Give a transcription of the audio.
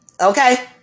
Okay